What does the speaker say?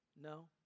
No